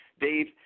Dave